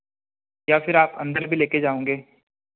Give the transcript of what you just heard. या फिर आप अंदर भी लेकर जाओगे